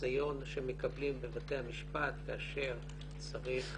והניסיון שמקבלים בבתי המשפט כאשר צריך